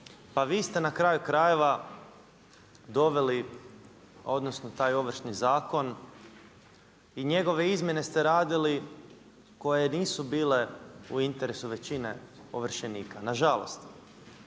Pa vi ste na kraju krajeva doveli odnosno taj ovršni zakon i njegove izmjene ste radili koje nisu bile u interesu većine ovršenika. Nažalost.